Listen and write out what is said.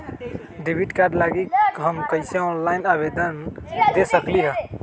Debit card लागी हम कईसे ऑनलाइन आवेदन दे सकलि ह?